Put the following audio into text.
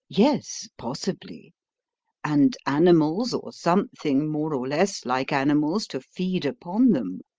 yes, possibly and animals or something more or less like animals to feed upon them.